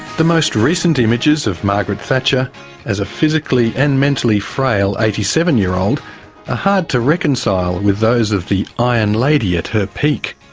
the most recent images of margaret thatcher as a physically and mentally frail eighty seven year old are ah hard to reconcile with those of the iron lady at her peak.